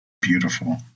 Beautiful